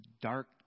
dark